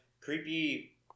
creepy